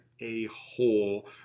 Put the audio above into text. a-hole